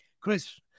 Chris